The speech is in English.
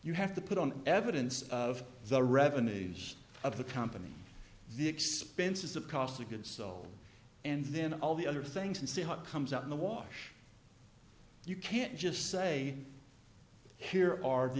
you have to put on evidence of the revenues of the company the expenses of cost of goods sold and then all the other things and see what comes out in the wash you can't just say here are the